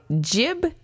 Jib